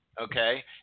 okay